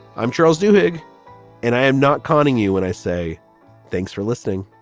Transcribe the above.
i'm charles duhigg and i am not conning you when i say thanks for listening